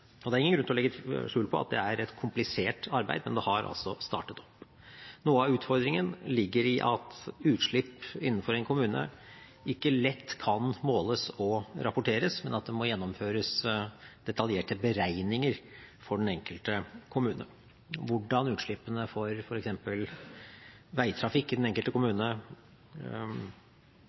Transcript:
Det er ingen grunn til å legge skjul på at det er et komplisert arbeid, men det har startet opp. Noe av utfordringen ligger i at utslipp innenfor en kommune ikke lett kan måles og rapporteres, men at det må gjennomføres detaljerte beregninger for den enkelte kommune. Hvor store utslippene for f.eks. veitrafikk i den enkelte kommune